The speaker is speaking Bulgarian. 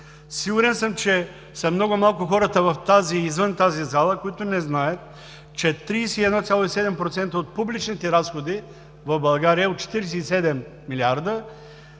Сигурен съм, че са много малко хората в тази и извън тази зала, които не знаят, че от 47 милиарда, 31,7% от публичните разходи в България са за социална